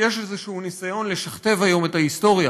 כי יש איזשהו ניסיון לשכתב היום את ההיסטוריה